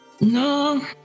no